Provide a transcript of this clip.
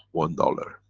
one dollar.